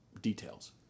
details